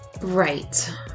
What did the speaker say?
Right